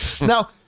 Now